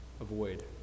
Avoid